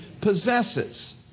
possesses